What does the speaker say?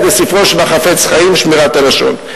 אז לספרו של החפץ חיים "שמירת הלשון".